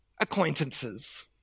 acquaintances